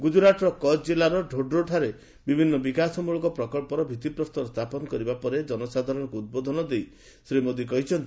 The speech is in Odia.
ଗୁଜୁରାଟ୍ର କଚ୍ଛ ଜିଲ୍ଲାର ଢୋର୍ଡୋଠାରେ ବିଭିନ୍ନ ବିକାଶମୂଳକ ପ୍ରକଳ୍ପର ଭିଭିପ୍ରସ୍ତର ସ୍ଥାପନ କରିବା ପରେ ଜନସାଧାରଣକୁ ଉଦ୍ବୋଧନ ଦେଇ ଶ୍ରୀ ମୋଦି ଏହା କହିଛନ୍ତି